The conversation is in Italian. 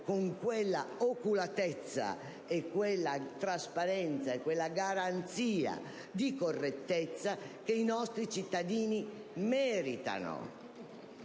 con quella oculatezza, quella trasparenza e quella garanzia di correttezza che meritano.